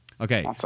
Okay